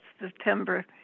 September